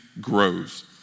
grows